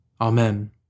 Amen